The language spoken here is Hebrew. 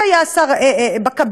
שהיה שר בקבינט